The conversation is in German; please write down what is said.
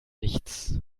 nichts